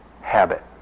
Habit